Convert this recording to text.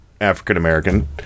african-american